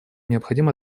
необходимо